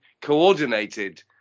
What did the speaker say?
coordinated